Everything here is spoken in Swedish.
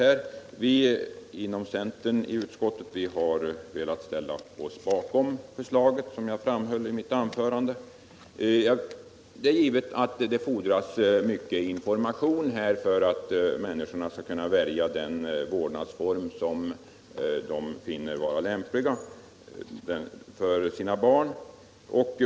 Centerledamöterna i utskottet har, som jag framhöll i mitt tidigare anförande, velat ställa sig bakom förslaget, men det är givet att det fordras mycket information för att människorna skall kunna välja lämplig vårdnadsform för sina barn.